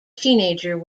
teenager